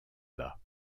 bas